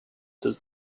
does